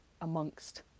amongst